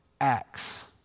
acts